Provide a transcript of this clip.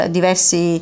diversi